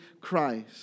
Christ